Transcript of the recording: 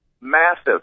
massive